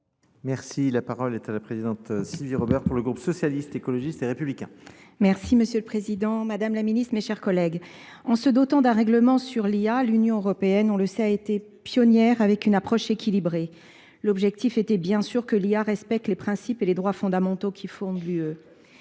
Merci, la parole est à la présidente Sylvie Robert pour le groupe socialiste, écologiste et républicain. Merci Monsieur le Président, Madame la Ministre, mes chers collègues. En se dotant d'un règlement sur l'IA, l'Union Européenne, on le sait, a été pionnière avec une approche équilibrée. L'objectif était bien sûr que l'IA respecte les principes et les droits fondamentaux qui font lieu.